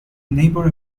neighbor